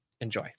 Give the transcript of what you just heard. Enjoy